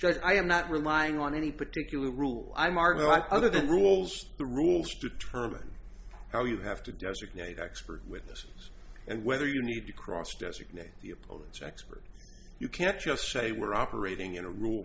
just i am not relying on any particular rule i marvel at other than rules the rules determine how you have to designate expert witnesses and whether you need to cross designate the opponent's expert you can't just say we're operating in a r